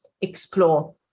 explore